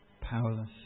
powerless